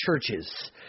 Churches